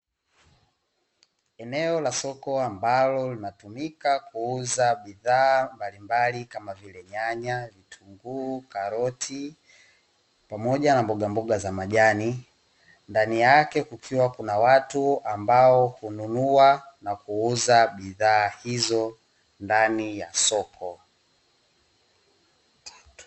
Eneo la soko ambalo linautumika kuuza bidhaa mbalil mbali kama vile nyanya, vitunguu, karoti pamoja na mboga mboga za majani. Ndani yake kukiwa na watu ambao hununua na kuuza bidhaa hizo ndani ya soko.